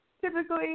Typically